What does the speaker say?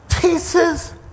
pieces